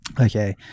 okay